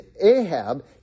Ahab